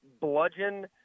bludgeon